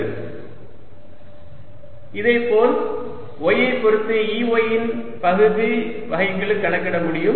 Exxyz∂xq4π01r r3 3x x2r r5 இதேபோல் y ஐ பொருத்து Ey இன் பகுதி வகைக்கெழு கணக்கிட முடியும்